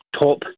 top